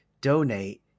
donate